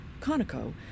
Conoco